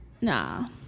nah